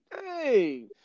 Hey